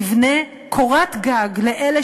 תבנה קורת גג לאלה